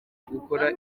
gukora